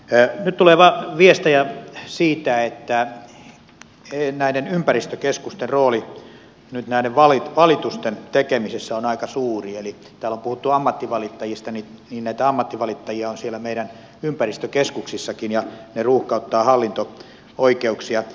nyt tulee viestejä siitä että näiden ympäristökeskusten rooli näiden valitusten tekemisessä on aika suuri eli kun täällä on puhuttu ammattivalittajista niin näitä ammattivalittajia on siellä meidän ympäristökeskuksissakin ja ne ruuhkauttavat hallinto oikeuksia